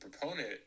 proponent